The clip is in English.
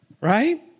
Right